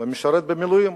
ומשרת במילואים.